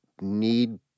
need